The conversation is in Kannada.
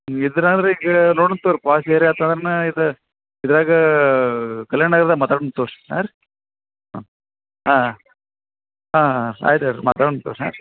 ಇದ್ರ ಅಂದ್ರೆ ಈಗ ನೋಡೋಣ್ ತೊಗೊಳ್ರಿ ಪಾಶ್ ಏರ್ಯಾ ಆಯ್ತ್ ಅಂದ್ರೆ ಇದು ಇದರಾಗ ಕಲ್ಯಾಣ ನಗರದಾಗ್ ಮಾತಾಡೋಣ್ ತೊಗೊಳ್ರಿ ಹಾಂ ರೀ ಹಾಂ ಹಾಂ ಹಾಂ ಹಾಂ ಹಾಂ ಹಾಂ ಆಯ್ತು ತಗೊಳ್ರಿ ಮಾತಾಡೋಣ್ ತಗೊಲ್ರಿ ಹಾಂ ರಿ